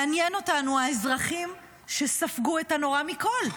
מעניינים אותנו האזרחים, שספגו את הנורא מכול.